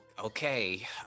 Okay